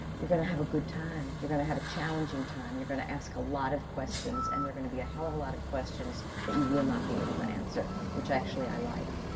you're going to have a good time. you're going to have a challenging time. you're going to ask a lot of questions. and there are going to be a hell of a lot of questions that you will not be able to answer, which actually i like.